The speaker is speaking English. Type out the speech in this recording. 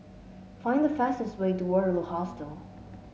find the fastest way to Waterloo Hostel